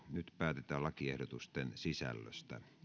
nyt päätetään lakiehdotusten sisällöstä